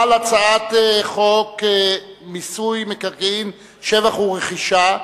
הצעת חוק מיסוי מקרקעין (שבח ורכישה)